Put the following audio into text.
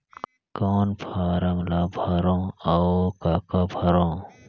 कौन फारम ला भरो और काका भरो?